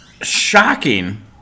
Shocking